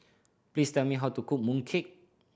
please tell me how to cook mooncake